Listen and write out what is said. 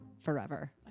forever